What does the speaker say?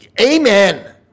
Amen